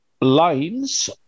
lines